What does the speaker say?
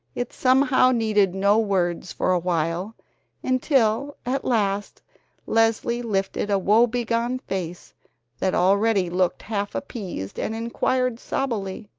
it somehow needed no words for awhile, until at last leslie lifted a woebegone face that already looked half-appeased and inquired sobbily